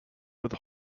with